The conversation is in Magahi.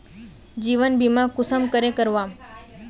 जीवन बीमा कुंसम करे करवाम?